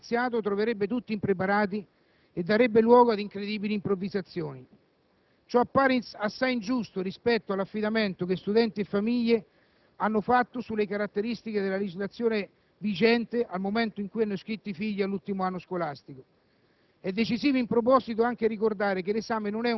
la modifica ad anno iniziato troverebbe tutti impreparati e darebbe luogo ad incredibili improvvisazioni; ciò appare assai ingiusto rispetto all'affidamento che studenti e famiglie hanno fatto sulle caratteristiche della legislazione vigente al momento in cui hanno iscritto i figli all'ultimo anno scolastico.